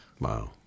Wow